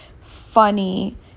funny